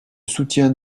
soutiens